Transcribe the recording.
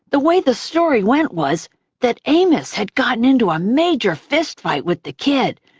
the way the story went was that amos had gotten into a major fistfight with the kid,